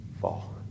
fall